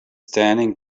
standing